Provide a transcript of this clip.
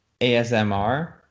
asmr